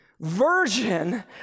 version